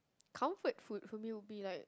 comfort food for me will be like